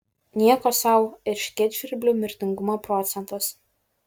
nieko sau erškėtžvirblių mirtingumo procentas